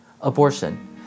abortion